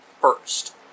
first